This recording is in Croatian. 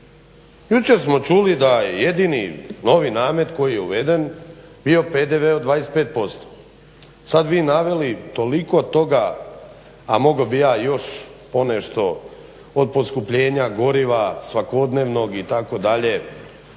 Jučer smo čuli da je jedini novi namet koji je bio uveden bio PDV od 25%. Sad vi naveli toliko toga, a mogao bih ja još ponešto od poskupljenja goriva svakodnevnog itd.